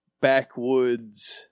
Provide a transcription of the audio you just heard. backwoods